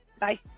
Bye